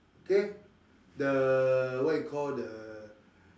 okay the what do you call the